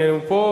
הנה הוא פה.